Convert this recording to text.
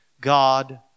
God